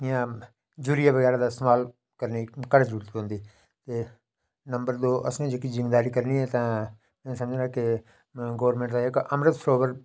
डोगरी कशा हटियै national language गी बी प्रैफर करदी हिंदी आहलें वास्तै बी एह्